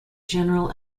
general